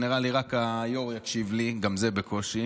נראה לי שרק היושב-ראש יקשיב לי, גם זה בקושי,